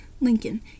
Lincoln